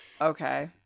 Okay